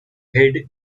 hid